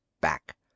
back